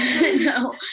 No